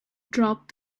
dropped